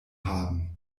haben